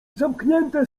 zamknięte